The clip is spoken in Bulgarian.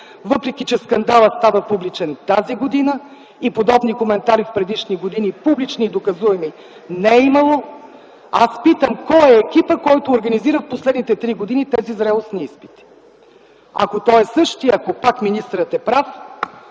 въпреки че скандалът става публичен през тази година и подобни коментари в предишни години публични и доказуеми не е имало, аз питам кой е екипът, който организира в последните три години тези зрелостни изпити. Ако той е същият, ако пак министърът е прав,